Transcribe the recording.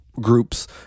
groups